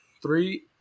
Three